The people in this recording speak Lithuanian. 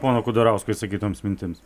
pono kudarausko išsakytoms mintims